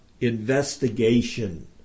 investigation